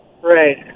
Right